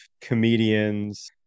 comedians